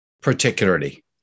particularly